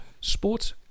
sports